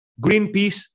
Greenpeace